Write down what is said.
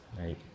right